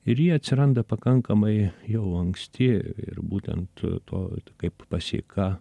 ir jie atsiranda pakankamai jau anksti ir būtent to kaip pasėka